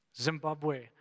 Zimbabwe